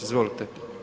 Izvolite.